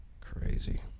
Crazy